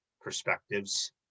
perspectives